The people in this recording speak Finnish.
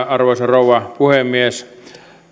arvoisa rouva puhemies